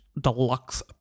deluxe